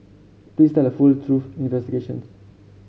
please tell the full truth investigations